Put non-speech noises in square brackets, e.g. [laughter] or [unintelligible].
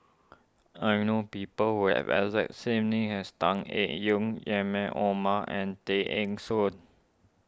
I know people who have exact same name as Tan Eng Yoon [unintelligible] Omar and Tay Eng Soon